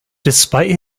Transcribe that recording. despite